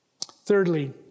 Thirdly